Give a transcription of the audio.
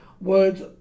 words